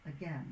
again